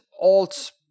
alt